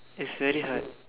is very hard